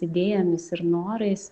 idėjomis ir norais